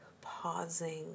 pausing